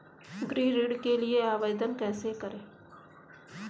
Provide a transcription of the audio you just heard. गृह ऋण के लिए आवेदन कैसे करें?